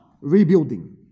rebuilding